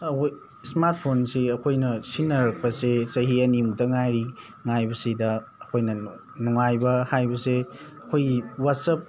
smart ꯐꯣꯟꯁꯤ ꯑꯩꯈꯣꯏꯅ ꯁꯤꯖꯤꯟꯅꯔꯛꯄꯁꯦ ꯆꯍꯤ ꯑꯅꯤꯃꯨꯛꯇꯪ ꯉꯥꯏꯔꯤ ꯉꯥꯏꯕꯁꯤꯗ ꯑꯩꯈꯣꯏꯅ ꯅꯨꯡꯉꯥꯏꯕ ꯍꯥꯏꯕꯁꯦ ꯑꯩꯈꯣꯏꯒꯤ ꯋꯥꯆꯞ